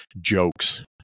jokes